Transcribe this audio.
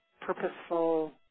purposeful